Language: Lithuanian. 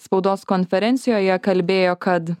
spaudos konferencijoje kalbėjo kad